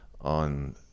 on